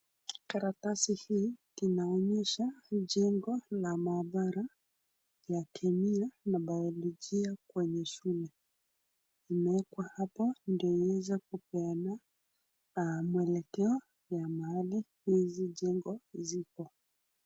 Karatasi hii inaonyesha ni jengo la maabara ya kemia na biolojia kwenye shule. Imewekwa hapo ndio iweze kupeana muelekeo ya mahali hizi jengo zipo.